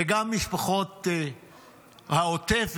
וגם משפחות העוטף,